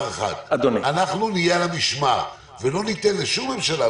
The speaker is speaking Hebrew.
אחד: אנחנו נהיה על המשמר ולא ניתן לשום ממשלה,